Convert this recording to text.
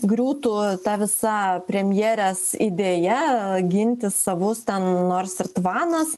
griūtų visa premjerės idėja ginti savus ten nors ir tvanas